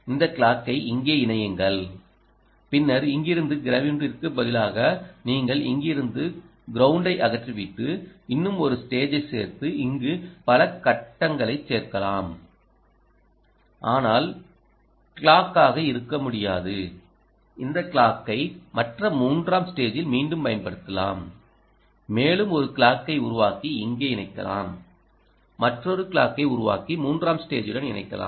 இந்த கிளாக்கை இங்கே இணையங்கள் பின்னர் இங்கிருந்து கிரவுண்டிற்குப் பதிலாக நீங்கள் இங்கிருந்து கிரவுண்டை அகற்றிவிட்டு இன்னும் ஒரு ஸ்டேஜைச் சேர்த்து இங்கே பல கட்டங்களைச் சேர்க்கலாம் ஆனால் நிச்சயமாக நீங்கள் வெவ்வேறு கிளாக்கை எடுக்க வேண்டும் அது ஒரே கிளாக்காக இருக்க முடியாது இந்த கிளாக்கை மற்ற மூன்றாம் ஸ்டேஜில் மீண்டும் பயன்படுத்தலாம் மேலும் ஒரு கிளாக்கை உருவாக்கி இங்கே இணைக்கலாம் மற்றொரு கிளாக்கை உருவாக்கி மூன்றாம் ஸ்டேஜுடன் இணைக்கலாம்